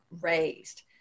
raised